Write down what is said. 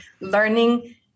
learning